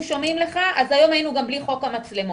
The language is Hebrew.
שומעים לך אז היום היינו גם בלי חוק המצלמות.